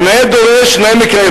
אז נאה דורש נאה מקיים.